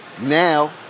Now